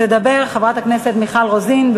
תדבר חברת הכנסת מיכל רוזין.